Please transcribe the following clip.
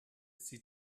sie